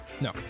no